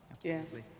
Yes